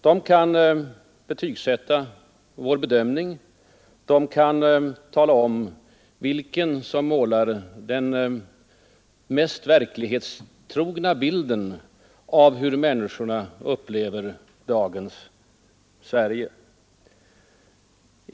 De kan betygsätta vår bedömning, de kan tala om vilken som målar den mest verklighetstrogna bilden av hur människorna upplever dagens Sverige.